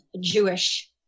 Jewish